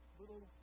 little